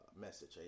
message